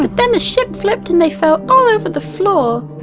but then the ship flipped and they fell all over the floor.